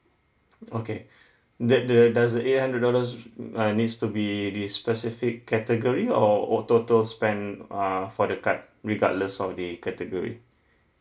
okay that the does the eight hundred dollars uh needs to be the specific category or or total spend err for the card regardless of the category